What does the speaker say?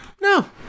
No